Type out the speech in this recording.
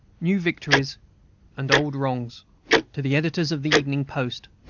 new victories and old wrongs to the editors of the evening post